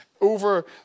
over